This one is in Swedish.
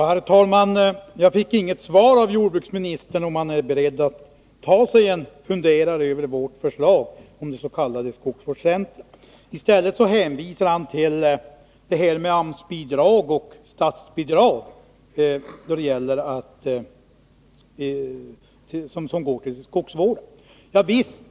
Herr talman! Jag fick inget svar från jordbruksministern på frågan om han är beredd att ta sig en funderare över vårt förslag om s.k. skogsvårdscentra. I stället hänvisar han till AMS-bidrag och statsbidrag som går till skogsvården.